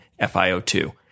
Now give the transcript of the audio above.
FiO2